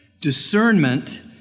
Discernment